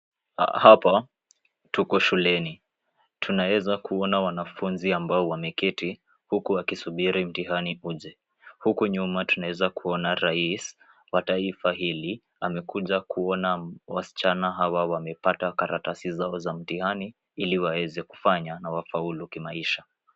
Hapa tuko shuleni tunaweza kuona wanafunzi amabao wameketi huku wakisubiri mtihani uje huku nyuma tunaweza kuona rais wa taifa hili amekuja kuona wasichana hawa wamepata karatasi zao za mtihani ili waweze kufanya na wafaulu kimaisha.